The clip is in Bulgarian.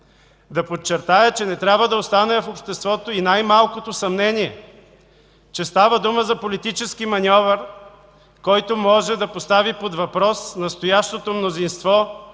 да подчертая, че не трябва да оставяме в обществото и най-малкото съмнение, че става дума за политически маньовър, който може да постави под въпрос настоящото мнозинство